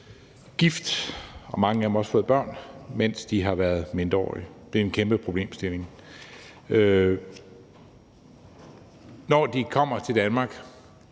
og mange af dem har også fået børn, mens de har været mindreårige. Det er en kæmpe problemstilling. Når de kommer til Danmark,